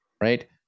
right